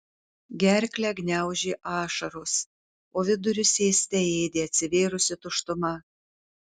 gerklę gniaužė ašaros o vidurius ėste ėdė atsivėrusi tuštuma